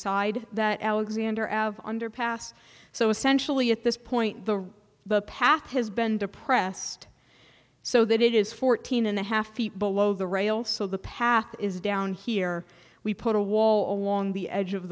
side that alexander underpass so essentially at this point the the path has been depressed so that it is fourteen and a half feet below the rails so the path is down here we put a wall along the edge of